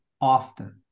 often